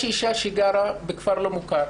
יש אישה בדואית שגרה בכפר לא מוכר,